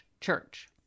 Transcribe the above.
church